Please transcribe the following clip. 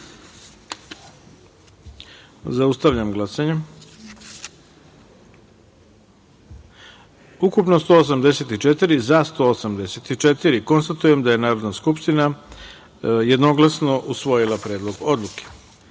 taster. Zaustavljam glasanje. Ukupno 184, za – 184.Konstatujem da je Narodna skupština jednoglasno usvojila Predlog odluke. Dame